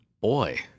Boy